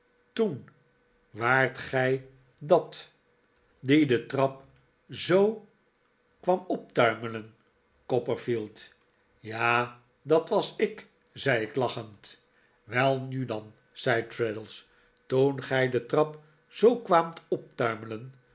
toen waart gij dat die de trap zoo kwam optuimelen copperfield ja dat was ik zei ik lachend welnu dan zei traddles toen gij de trap zoo kwaamt optuimelen